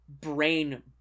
brain